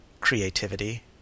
creativity